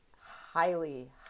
highly